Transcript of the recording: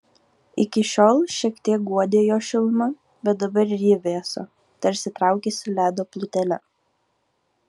iki šiol šiek tiek guodė jo šiluma bet dabar ir ji vėso tarsi traukėsi ledo plutele